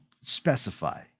specify